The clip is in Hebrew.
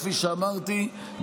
כפי שאמרתי,